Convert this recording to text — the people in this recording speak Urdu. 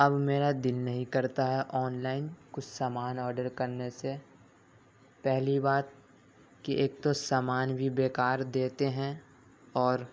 اب میرا دل نہیں کرتا ہے آنلائن کچھ سامان آڈر کرنے سے پہلی بات کہ ایک تو سامان بھی بیکار دیتے ہیں اور